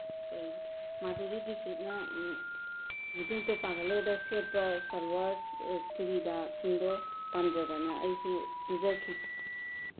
ꯃꯥꯗꯣꯔꯤ ꯗꯤꯖꯤꯠꯅ ꯗꯤꯜ ꯇꯣ ꯄꯥꯒꯜ ꯍꯦꯗ ꯁꯦꯠꯄ ꯁꯜꯋꯥꯔ ꯆꯨꯔꯤꯗꯥꯔꯁꯤꯡꯗꯣ ꯄꯥꯝꯖꯗꯅ ꯑꯩꯁꯨ ꯇꯨꯖꯈꯤ